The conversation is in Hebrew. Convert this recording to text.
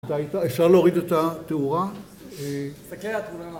אפשר להוריד את התאורה. תסתכל על...